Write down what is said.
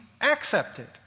accepted